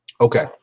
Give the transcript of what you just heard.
okay